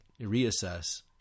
reassess